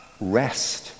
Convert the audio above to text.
rest